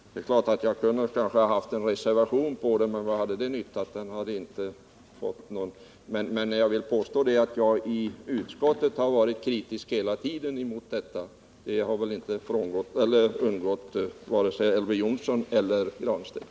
Det är klart att jag kunde haft en reservation om detta. Men vad hade den nyttat till? Jag vill påstå att jag i utskottet varit kritisk mot detta hela tiden — det har väl inte undgått vare sig Elver Jonsson eller Pär Granstedt.